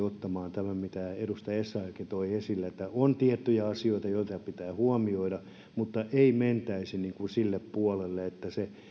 ottamaan huomioon tämä mitä edustaja essayahkin toi esille että on tiettyjä asioita joita pitää huomioida mutta ei mentäisi sille puolelle että se